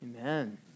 Amen